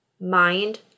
Mind